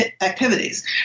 activities